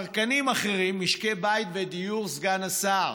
צרכנים אחרים, משקי בית ודיור, סגן השר,